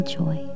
joy